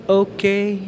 okay